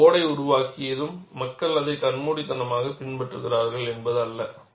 ஒரு கோடை உருவாக்கியதும் மக்கள் அதை கண்மூடித்தனமாகப் பின்பற்றுகிறார்கள் என்பது அல்ல